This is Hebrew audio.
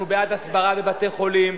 אנחנו בעד הסברה בבתי-חולים,